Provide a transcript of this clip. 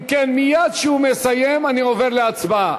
אם כן, מייד כשהוא מסיים אני עובר להצבעה.